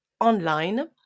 online